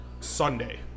Sunday